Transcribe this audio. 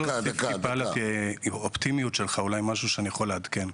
אפשר להוסיף טיפה לאופטימיות שלך אולי משהו שאני יכול לעדכן,